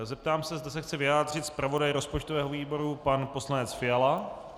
Zeptám se, zda se chce vyjádřit zpravodaj rozpočtového výboru pan poslanec Fiala.